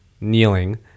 Kneeling